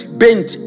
bent